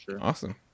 Awesome